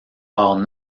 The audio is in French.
part